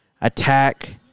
attack